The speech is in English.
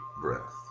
breath